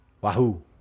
Wahoo